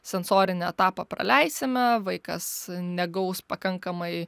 sensorinį etapą praleisime vaikas negaus pakankamai